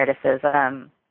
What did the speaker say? criticism